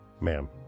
ma'am